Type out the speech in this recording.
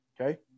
okay